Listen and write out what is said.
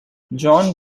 john